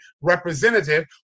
representative